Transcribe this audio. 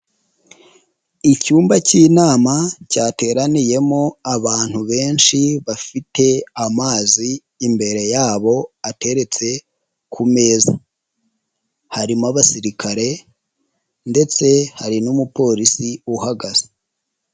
Icyumba cy'inama cyateraniyemo abantu benshi bafite amazi imbere yabo ateretse ku meza, harimo abasirikare ndetse hari n'umupolisi uhagaze.